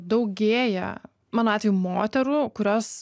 daugėja mano atveju moterų kurios